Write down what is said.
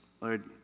Lord